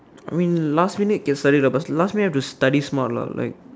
I mean last minute can study lah but last minute have to study smart lah like